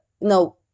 No